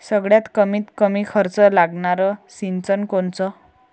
सगळ्यात कमीत कमी खर्च लागनारं सिंचन कोनचं?